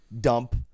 dump